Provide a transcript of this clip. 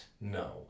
no